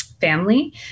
family